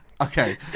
okay